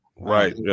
Right